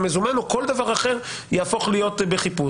המזומן או כל דבר אחר יהפוך להיות בחיפוש.